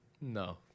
No